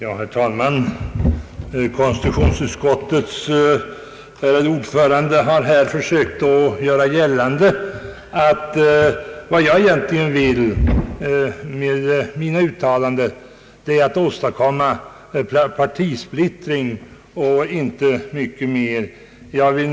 Herr talman! Konstitutionsutskottets ärade ordförande har här försökt göra gällande att vad jag egentligen vill med mina uttalanden är att åstadkomma partisplittring och inte mycket annat.